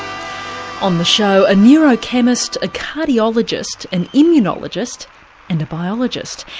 on the show a neurochemist, a cardiologist, an immunologist and a biologist.